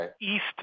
East